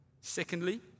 Secondly